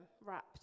wrapped